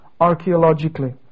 archaeologically